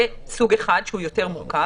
זה סוג אחד, שהוא יותר מורכב.